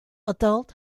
adult